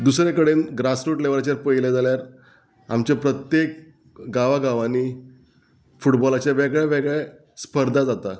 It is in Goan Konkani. दुसरे कडेन ग्रासरूट लेवलाचेर पयले जाल्यार आमचे प्रत्येक गांवागांवांनी फुटबॉलाचे वेगळेवेगळे स्पर्धा जाता